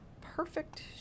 perfect